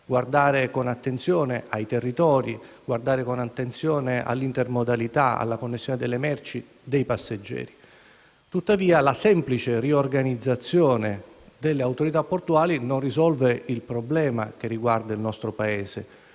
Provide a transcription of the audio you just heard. guardare con attenzione ai territori, all'intermodalità, alla connessione delle merci e dei passeggeri. Tuttavia, la semplice riorganizzazione delle autorità portuali non risolve il problema del nostro Paese